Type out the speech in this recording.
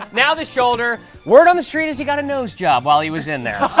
now the shoulder. word on the street is he got a nose job while he was in there.